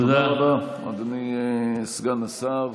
תודה רבה, אדוני סגן השר.